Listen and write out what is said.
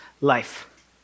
life